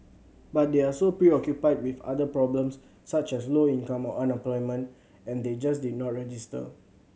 but they are so preoccupied with other problems such as low income or unemployment and they just did not register